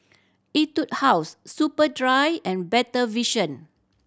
Etude House Superdry and Better Vision